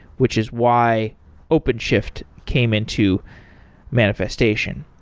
which is why openshift came into manifestation.